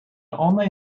only